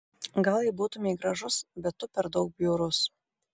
gal jei būtumei gražus bet tu per daug bjaurus